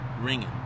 ringing